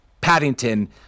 Paddington